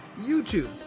youtube